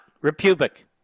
Republic